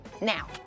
Now